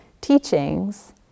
teachings